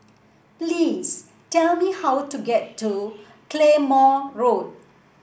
please tell me how to get to Claymore Road